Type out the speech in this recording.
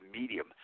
medium